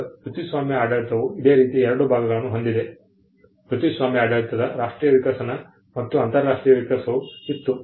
ಈಗ ಕೃತಿಸ್ವಾಮ್ಯ ಆಡಳಿತವು ಇದೇ ರೀತಿ ಎರಡು ಭಾಗಗಳನ್ನು ಹೊಂದಿದೆ ಕೃತಿಸ್ವಾಮ್ಯ ಆಡಳಿತದ ರಾಷ್ಟ್ರೀಯ ವಿಕಸನ ಮತ್ತು ಅಂತರರಾಷ್ಟ್ರೀಯ ವಿಕಾಸವೂ ಇತ್ತು